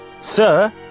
Sir